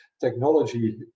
technology